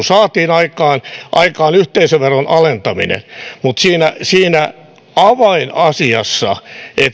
saatiin aikaan aikaan yhteisöveron alentaminen mutta siinä siinä avainasiassa